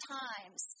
times